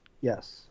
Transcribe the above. Yes